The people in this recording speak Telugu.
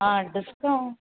ఆ డిస్కౌంట్